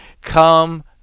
Come